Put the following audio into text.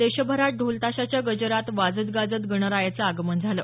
देशभरात ढोल ताशाच्या गजरात वाजत गाजत गणरायाचं आगमन झालं